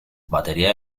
batería